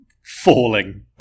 falling